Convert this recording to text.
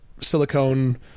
silicone